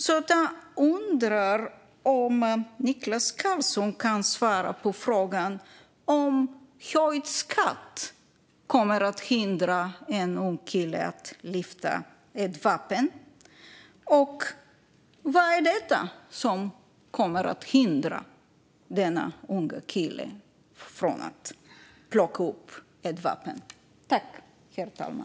Kan Niklas Karlsson svara på om höjd skatt kommer att hindra en ung kille från att plocka upp ett vapen? Vad är det som kommer att hindra denna unga kille från att plocka upp ett vapen?